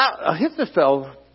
Ahithophel